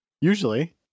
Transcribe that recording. Usually